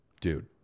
Dude